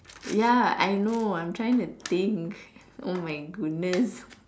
ya I know I'm trying to think oh my goodness